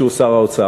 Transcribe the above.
שהוא שר האוצר,